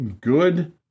good